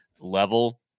level